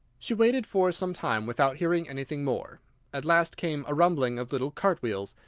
she waited for some time without hearing anything more at last came a rumbling of little cart-wheels,